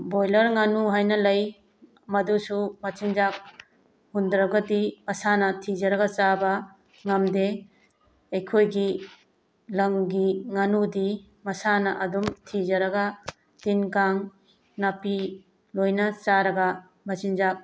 boiler ꯉꯥꯅꯨ ꯍꯥꯏꯅ ꯂꯩ ꯃꯗꯨꯁꯨ ꯃꯆꯤꯟꯖꯥꯛ ꯍꯨꯟꯗ꯭ꯔꯒꯗꯤ ꯃꯁꯥꯅ ꯊꯤꯖꯔꯒ ꯆꯥꯕ ꯉꯝꯗꯦ ꯑꯩꯈꯣꯏꯒꯤ ꯂꯝꯒꯤ ꯉꯥꯅꯨꯗꯤ ꯃꯁꯥꯅ ꯑꯗꯨꯝ ꯊꯤꯖꯔꯒ ꯇꯤꯟ ꯀꯥꯡ ꯅꯥꯄꯤ ꯂꯣꯏꯅ ꯆꯥꯔꯒ ꯃꯆꯤꯟꯖꯥꯛ